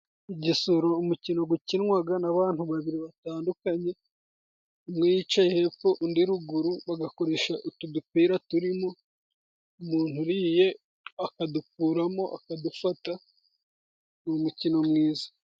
Igisoro, umukino gukinwaga n'abantu babiri batandukanye, umwe yicaye hepfo undi ruguru, bagakoresha utu dupira turi mo, umuntu uriye akadukura mo akadufata, ni umukino mwiza.